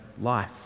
life